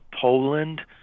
Poland